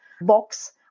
box